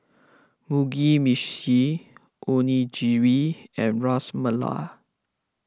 Mugi Meshi Onigiri and Ras Malai